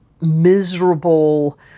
miserable